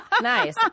Nice